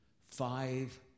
five